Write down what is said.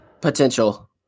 Potential